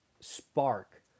spark